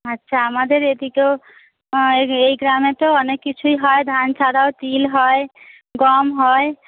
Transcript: আচ্ছা আমাদের এদিকেও এই এই গ্রামেতেও অনেক কিছুই হয় ধান ছাড়াও তিল হয় গম হয়